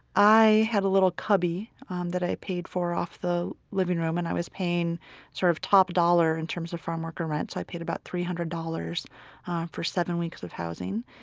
i had a little cubby um that i paid for off the living room. and i was paying sort of top dollar in terms of farmworker rent, so i paid about three hundred dollars for seven weeks of housing.